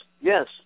yes